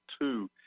two